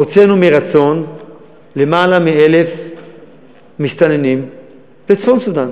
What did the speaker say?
הוצאנו מרצון למעלה מ-1,000 מסתננים לצפון-סודאן.